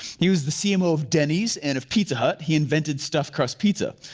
he was the cmo of denny's and of pizza hut. he invented stuffed crust pizza.